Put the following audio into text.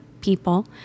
people